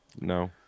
No